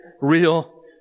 real